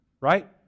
right